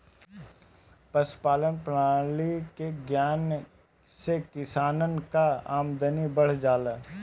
पशुपालान प्रणाली के ज्ञान से किसानन कअ आमदनी बढ़ जाला